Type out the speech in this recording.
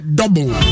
double